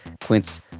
Quince